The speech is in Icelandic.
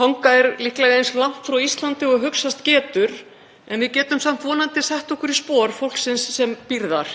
Tonga er líklega eins langt frá Íslandi og hugsast getur en við getum samt vonandi sett okkur í spor fólksins sem býr þar.